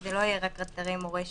שזה לא יהיה רק אתרי מורשת